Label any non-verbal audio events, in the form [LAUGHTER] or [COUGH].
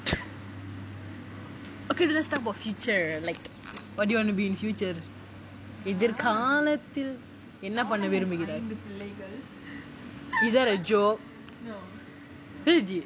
[LAUGHS] okay let's talk about future like what do you want to be in future எதிர்காலத்தில்:ethirkaalathil is that a joke legit